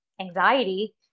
anxiety